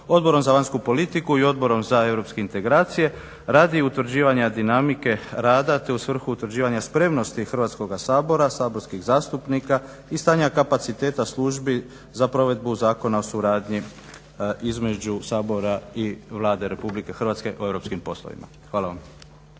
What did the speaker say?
Odborom za vanjsku politiku i Odborom za europske integracije radi utvrđivanja dinamike rada, te u svrhu utvrđivanja spremnosti Hrvatskoga sabora, saborskih zastupnika i stanja kapaciteta službi za provedbu Zakona o suradnji između Sabora i Vlade Republike Hrvatske o europskim poslovima. Hvala vam.